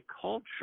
culture